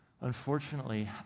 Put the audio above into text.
Unfortunately